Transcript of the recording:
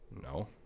No